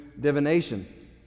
divination